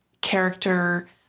character